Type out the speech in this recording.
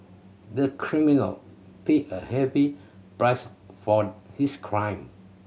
the criminal paid a heavy price for his crime